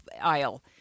aisle